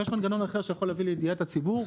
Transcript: אם יש מנגנון אחר שיכול להביא לידיעת הציבור,